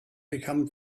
become